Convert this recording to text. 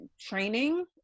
training